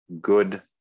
good